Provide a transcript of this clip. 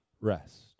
rest